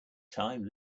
time